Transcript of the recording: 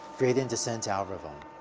gradient descent algorithm.